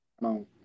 No